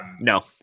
No